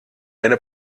eine